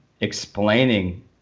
explaining